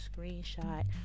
screenshot